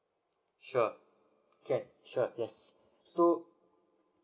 sure can sure yes so